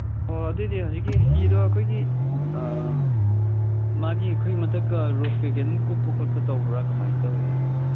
ꯑꯣ ꯑꯗꯨꯑꯣꯏꯗꯤ ꯍꯧꯖꯤꯛꯀꯤ ꯍꯤꯗꯣ ꯑꯩꯈꯣꯏꯒꯤ ꯃꯥꯒꯤ ꯑꯩꯈꯣꯏ ꯃꯊꯛꯀ ꯔꯨꯞ ꯀꯩꯀꯩ ꯑꯗꯨꯝ ꯀꯨꯞꯄ ꯈꯣꯠꯄ ꯇꯧꯕ꯭ꯔꯥ ꯀꯃꯥꯏ ꯇꯧꯋꯤ